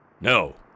No